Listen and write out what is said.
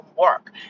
work